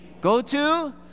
go-to